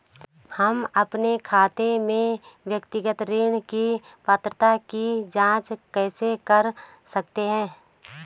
हम अपने खाते में व्यक्तिगत ऋण की पात्रता की जांच कैसे कर सकते हैं?